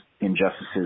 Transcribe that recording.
injustices